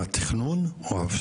שלכם, לא של הוועדה, ואמרתם: